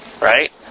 right